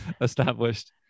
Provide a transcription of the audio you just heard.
established